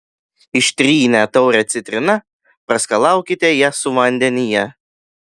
ištrynę taurę citrina praskalaukite ją su vandenyje